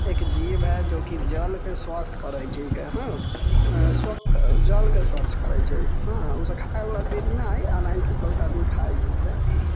एक जीव है जोकि जलके स्वच्छ करै छै हँ स्वच्छ जलके स्वच्छ करै छै हँ ओसभ खायवला चीज नहि हइ हालाँकि बहुत आदमी खाइ छै